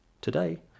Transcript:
today